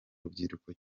rubyiruko